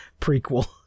prequel